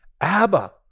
Abba